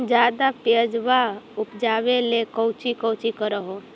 ज्यादा प्यजबा उपजाबे ले कौची कौची कर हो?